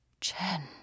Chen